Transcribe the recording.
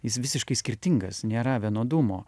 jis visiškai skirtingas nėra vienodumo